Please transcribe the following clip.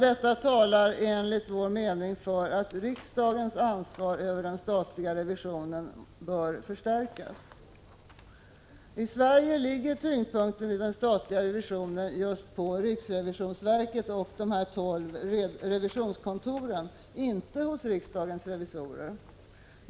Detta talar för att riksdagens ansvar för den statliga revisionen bör förstärkas. I Sverige ligger tyngdpunkten i den statliga revisionen hos riksrevisionsverket och de tolv revisionskontoren, inte hos riksdagens revisorer.